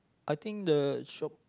I think the shop